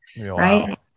right